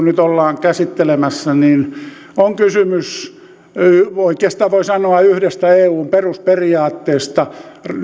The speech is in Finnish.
nyt ollaan käsittelemässä on kysymys oikeastaan voi sanoa yhdestä eun perusperiaatteesta